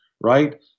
right